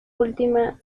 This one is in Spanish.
última